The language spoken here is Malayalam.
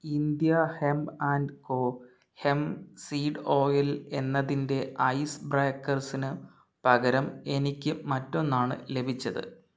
India hemp and co hemp seed oil എന്നതിന്റെ ഐസ് ബ്രേക്കർസിന് പകരം എനിക്ക് മറ്റൊന്നാണ് ലഭിച്ചത്